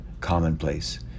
commonplace